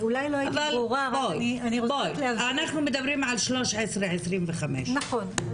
אנחנו מדברים על 1325. נכון.